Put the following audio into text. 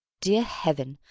dear heaven!